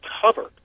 covered